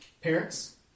Parents